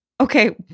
Okay